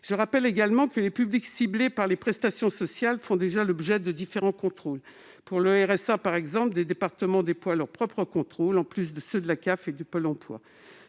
Je rappelle également que les publics ciblés par les prestations sociales font déjà l'objet de différents contrôles. Pour le RSA, par exemple, des départements déploient leurs propres contrôles, en plus de ceux de la CAF et de Pôle emploi.